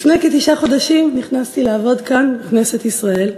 לפני כתשעה חודשים נכנסתי לעבוד כאן, בכנסת ישראל,